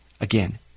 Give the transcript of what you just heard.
again